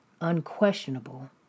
unquestionable